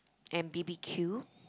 and B_B_Q